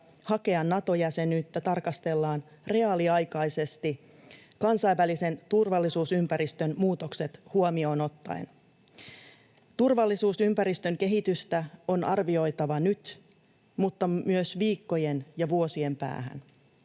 hakea Nato-jäsenyyttä tarkastellaan reaaliaikaisesti kansainvälisen turvallisuusympäristön muutokset huomioon ottaen. Turvallisuusympäristön kehitystä on arvioitava nyt, mutta myös viikkojen ja vuosien päähän.